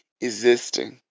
Existing